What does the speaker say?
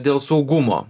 dėl saugumo